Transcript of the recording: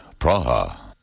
Praha